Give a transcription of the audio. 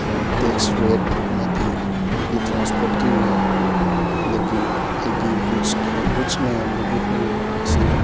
tax rate ꯑꯃꯗꯤ ꯑꯩꯒꯤ ꯇ꯭ꯔꯥꯟꯁꯄ꯭ꯣꯔꯠꯀꯤ ꯔꯦꯠ ꯑꯗꯒꯤ ꯑꯩꯒꯤ ꯒꯨꯠꯁ ꯃꯗꯥꯝꯗꯨꯒꯤ ꯔꯦꯠ ꯑꯁꯤ